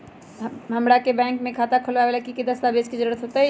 हमरा के बैंक में खाता खोलबाबे ला की की दस्तावेज के जरूरत होतई?